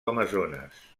amazones